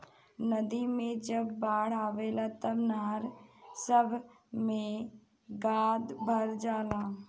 नदी मे जब बाढ़ आवेला तब नहर सभ मे गाद भर जाला